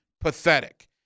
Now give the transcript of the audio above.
pathetic